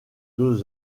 deux